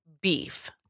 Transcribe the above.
beef